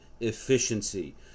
efficiency